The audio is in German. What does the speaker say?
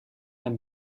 ein